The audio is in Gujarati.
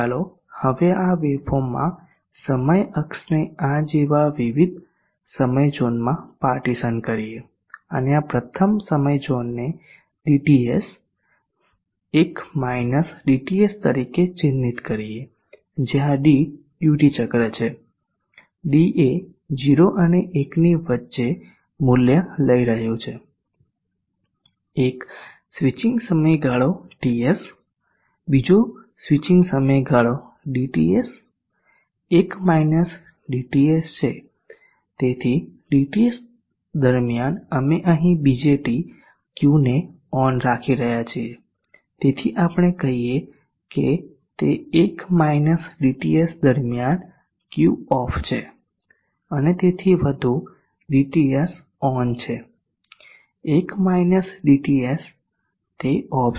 ચાલો હવે આ વેવફોર્મમાં સમય અક્ષને આ જેવા વિવિધ સમય ઝોનમાં પાર્ટીશન કરીએ અને આ પ્રથમ સમય ઝોનને dTS 1 dTS તરીકે ચિહ્નિત કરીએ જયાં d ડ્યુટી ચક્ર છે d એ 0 અને 1 ની વચ્ચે મૂલ્ય લઈ રહ્યું છે એક સ્વિચિંગ સમયગાળો TS બીજો સ્વિચિંગ સમયગાળો dTS 1 - dTS છે તેથી dTS દરમિયાન અમે અહીં BJT Q ને ઓન રાખી રહ્યા છીએ તેથી આપણે કહીએ કે તે 1 - dTS દરમિયાન Q ઓફ છે અને તેથી વધુ dTS ઓન છે 1 - dTS તે ઓફ છે